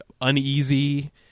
uneasy